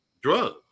drugs